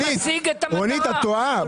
את טועה.